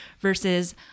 versus